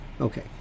Okay